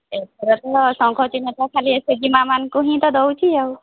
ଏଥର ତ ଶଙ୍ଖ ଚିହ୍ନ ତ ଖାଲି ଏସ୍ ଏଚ୍ ଜି ମାମାନଙ୍କୁ ହିଁ ତ ଦେଉଛି ଆଉ